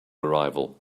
arrival